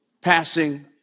passing